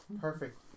Perfect